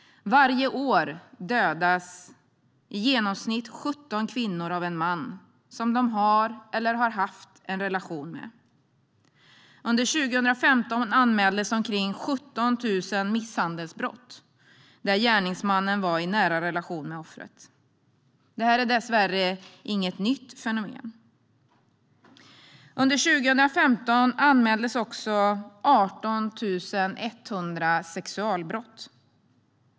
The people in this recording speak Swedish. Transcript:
Varje år dödas i genomsnitt 17 kvinnor av en man som de har eller har haft en relation med. Under 2015 anmäldes omkring 17 000 misshandelsbrott där gärningsmannen var i nära relation med offret. Det här är dessvärre inget nytt fenomen. Under 2015 anmäldes också 18 100 sexualbrott.